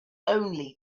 only